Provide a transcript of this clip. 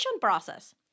process